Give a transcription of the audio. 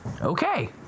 Okay